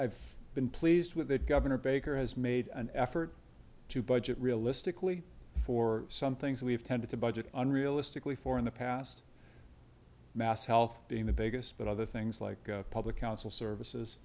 i've been pleased with governor baker has made an effort to budget realistically for some things we've tended to budget unrealistically for in the past mass health being the biggest but other things like public council services